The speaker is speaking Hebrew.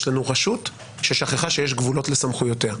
יש לנו רשות ששכחה שיש גבולות לסמכויותיה,